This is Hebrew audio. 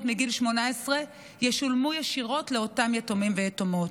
מגיל 18 ישולמו ישירות לאותם יתומים ויתומות.